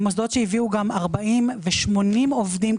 מוסדות שהביאו 40 ו-80 עובדים,